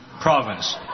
province